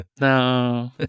No